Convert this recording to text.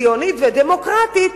ציונית ודמוקרטית,